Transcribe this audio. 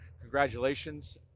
congratulations